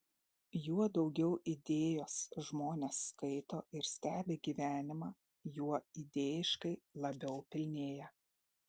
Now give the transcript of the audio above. juo daugiau idėjos žmonės skaito ir stebi gyvenimą juo idėjiškai labiau pilnėja